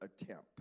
attempt